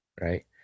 Right